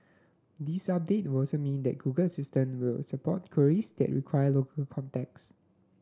this update will also mean that Google Assistant will support queries that require local context